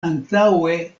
antaŭe